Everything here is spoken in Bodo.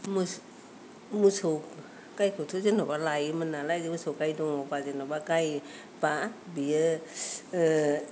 मोसौ मोसौ गायखौथ' जेनेबा लायोमोन नालाय मोसौ गाय दङबा जेनेबा गाय बा बियो